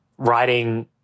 writing